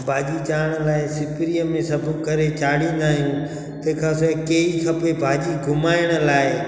भाॼी चाढ़ण लाइ सिपरीअ में सभु करे चाढ़िंदा आहियूं तंहिंखां सवाइ केवी खपे भाॼी घुमाइण लाइ